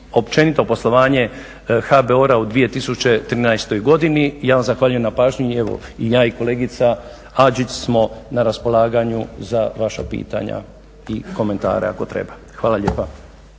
općenito poslovanje HBOR-a u 2013. godini. I ja vam zahvaljujem na pažnji i evo i ja i kolegica Ađžić smo na raspolaganju za vaša pitanja i komentare ako treba. Hvala lijepa.